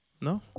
No